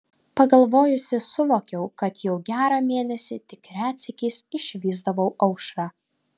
pagalvojusi suvokiau kad jau gerą mėnesį tik retsykiais išvysdavau aušrą